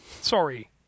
sorry